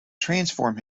transform